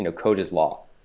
ah code is law.